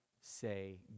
Say